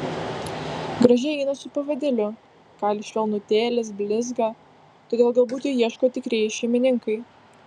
gražiai eina su pavadėliu kailis švelnutėlis blizga todėl galbūt jo ieško tikrieji šeimininkai